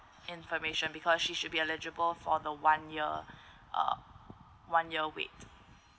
information because she should be eligible for the one year uh one year wait